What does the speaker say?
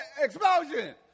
explosion